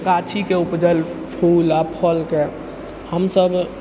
गाछीके उपजल फूल आओर फलके हमसब